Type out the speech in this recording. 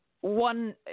one